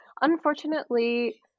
unfortunately